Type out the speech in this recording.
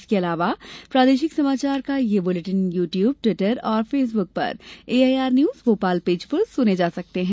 इसके अलावा प्रादेशिक समाचार बुलेटिन यू ट्यूब ट्विटर और फेसबुक पर एआईआर न्यूज भोपाल पेज पर सुने जा सकते हैं